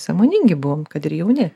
sąmoningi buvom kad ir jauni